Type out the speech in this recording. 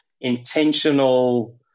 intentional